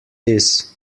this